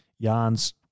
Jan's